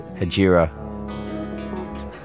*Hajira*